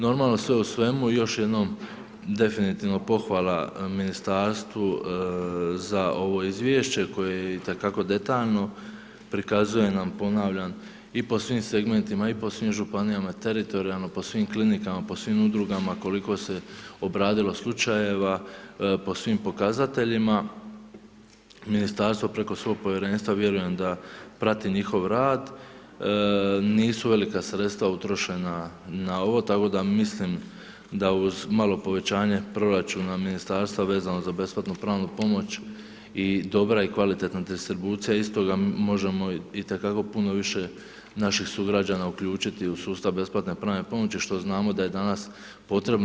Normalno sve u svemu još jednom pohvala ministarstvu za ovo izvješće koje je itekako detaljno, prikazuje nam ponavljam i po svim segmentima i po svim županijama, teritorijalno, po svim klinikama, po svim udrugama koliko se obradilo slučajeva, po svim pokazateljima, ministarstvo preko svog povjerenstva vjerujem da prati njihov rad, nisu velika sredstva utrošena na ovo tako da mislim da uz malo povećanje proračuna ministarstva vezano za besplatnu pravnu pomoć i dobra i kvalitetna distribucija istoga možemo itekako puno više naših sugrađana uključiti u sustav besplatne pravne pomoći što znamo da je danas potrebno.